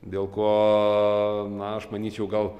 dėl ko na aš manyčiau gal